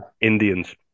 indians